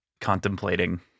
contemplating